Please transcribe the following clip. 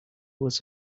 was